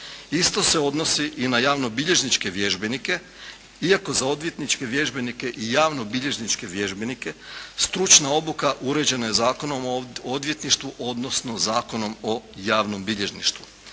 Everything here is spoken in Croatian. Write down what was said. Isto se odnosi i na javnobilježničke vježbenike, iako za odvjetničke vježbenike i javnobilježničke vježbenike stručna obuka uređena je Zakonom o odvjetništvu, odnosno Zakonom o javnom bilježništvu.